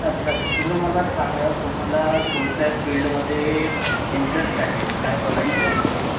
अच्छा तर तुम्ही मला सांगा तुम्हाला कोणत्या फिल्डमध्ये इंटरेस्ट आहे काय बनायचे आहे तुम्हाला